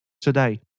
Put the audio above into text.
today